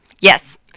Yes